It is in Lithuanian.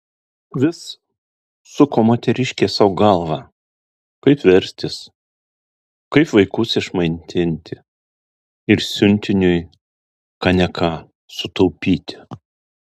vis suko moteriškė sau galvą kaip verstis kaip vaikus išmaitinti ir siuntiniui ką ne ką sutaupyti